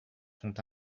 sont